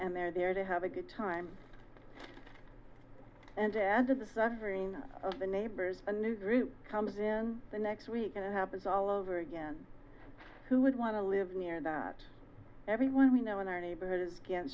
and they're there to have a good time and add to the suffering of the neighbors a new group comes in the next week and it happens all over again who would want to live near that everyone we know in our neighborhood is